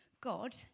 God